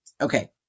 Okay